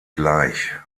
gleich